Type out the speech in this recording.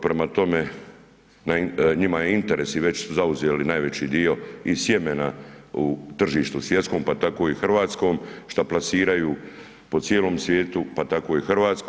Prema tome, njima je interes i već su zauzeli najveći dio sjemena u tržištu svjetskom pa tako i hrvatskom šta plasiraju po cijelom svijetu pa tako i Hrvatskoj.